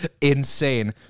insane